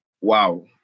Wow